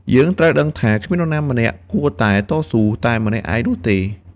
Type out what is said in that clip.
យើងត្រូវដឹងថា គ្មាននរណាម្នាក់គួរតែតស៊ូតែម្នាក់ឯងនោះទេ។